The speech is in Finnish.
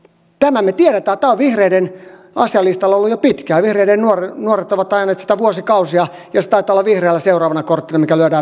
tämän me tiedämme tämä on vihreiden asialistalla ollut jo pitkään vihreiden nuoret ovat ajaneet sitä vuosikausia ja se taitaa olla vihreillä seuraavana korttina mikä lyödään pöytään